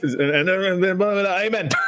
amen